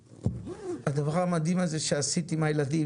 הדבר המדהים שעשית עם הילדים,